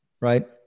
right